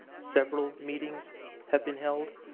several meetings have been held.